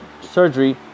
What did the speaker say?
surgery